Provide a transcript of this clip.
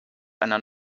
einer